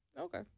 Okay